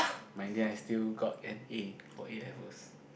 but in the end I still got an A for A-levels